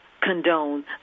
condone